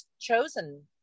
chosen